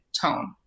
tone